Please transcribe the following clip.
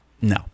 No